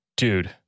Dude